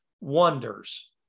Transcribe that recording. wonders